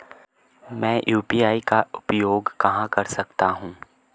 मैं यू.पी.आई का उपयोग कहां कर सकता हूं?